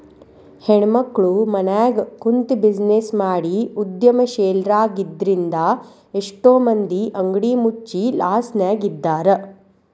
ಹೆಣ್ಮಕ್ಳು ಮನ್ಯಗ ಕುಂತ್ಬಿಜಿನೆಸ್ ಮಾಡಿ ಉದ್ಯಮಶೇಲ್ರಾಗಿದ್ರಿಂದಾ ಎಷ್ಟೋ ಮಂದಿ ಅಂಗಡಿ ಮುಚ್ಚಿ ಲಾಸ್ನ್ಯಗಿದ್ದಾರ